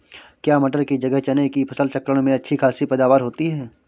क्या मटर की जगह चने की फसल चक्रण में अच्छी खासी पैदावार होती है?